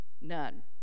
None